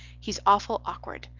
he's awful okward.